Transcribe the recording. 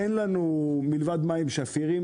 אין לנו מלבד מים שפירים,